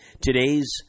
Today's